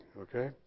okay